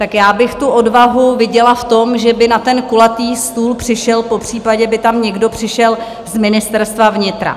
Tak já bych tu odvahu viděla v tom, že by na ten kulatý stůl přišel, popřípadě by tam někdo přišel z Ministerstva vnitra.